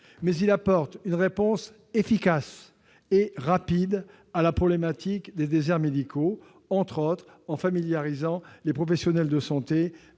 était voté, une réponse efficace et rapide à la problématique des déserts médicaux, notamment en familiarisant les professionnels de santé